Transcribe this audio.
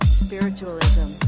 spiritualism